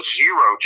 zero